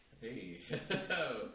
Hey